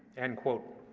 end quote.